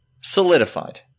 solidified